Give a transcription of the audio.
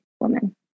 woman